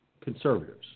conservatives